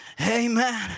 amen